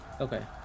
Okay